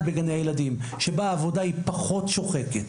בגני הילדים שבה העבודה היא פחות שוחקת,